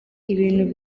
ibintu